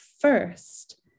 first